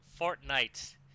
fortnite